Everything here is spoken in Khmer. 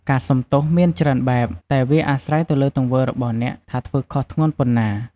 ការសុំទោសមានច្រើនបែប តែវាអាស្រ័យទៅលើទង្វើរបស់អ្នកថាធ្វើខុសធ្ងន់ប៉ុណ្ណា។